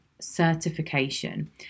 certification